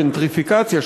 ג'נטריפיקציה,